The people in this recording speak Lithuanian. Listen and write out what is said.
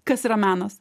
kas yra menas